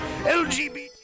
LGBT